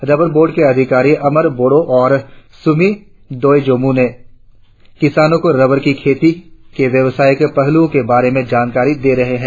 rubber board के अधिकारी अमर बोड़ो और सुम्मी दोये जामोह ने किसानों को रबर की खेती के व्यवसायिक पहलुओं के बारे में जानकारी दे रहे है